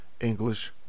English